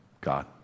God